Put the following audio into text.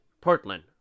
Portland